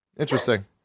Interesting